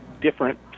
different